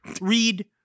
read